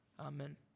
Amen